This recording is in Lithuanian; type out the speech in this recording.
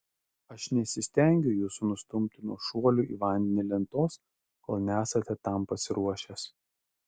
aš nesistengiu jūsų nustumti nuo šuolių į vandenį lentos kol nesate tam pasiruošęs